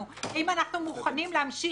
אם אנחנו מוכנים להמשיך הלאה,